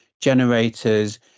generators